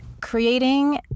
creating